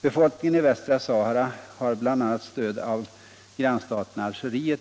Befolkningen i västra Sahara har bl.a. stöd av grannstaten Algeriet.